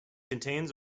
contains